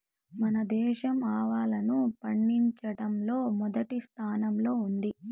మన దేశం ఆవాలను పండిచటంలో మొదటి స్థానం లో ఉంది